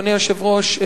אדוני היושב-ראש,